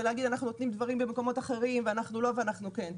ולהגיד שאנחנו נותנים דברים במקומות אחרים ואנחנו לא ואנחנו כן.